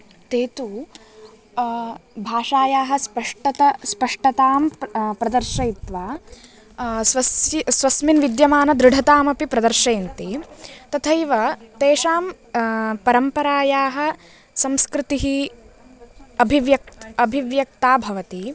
ते तु भाषायाः स्पष्टत स्पष्टतां प्रदर्शयित्वा स्वस्य स्वस्मिन् विद्यमानदृढतामपि प्रदर्शयन्ति तथैव तेषां परम्परायाः संस्कृतिः अभिव्यक्त अभिव्यक्ता भवति